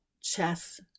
Chess